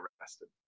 arrested